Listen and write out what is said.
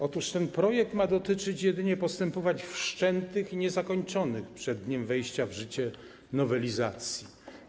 Otóż ten projekt ma dotyczyć jedynie postępowań wszczętych i niezakończonych przed dniem wejścia w życie nowelizacji.